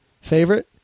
favorite